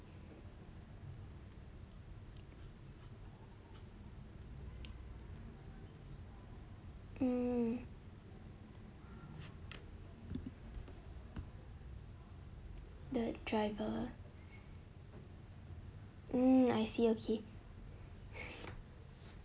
hmm the driver hmm I see okay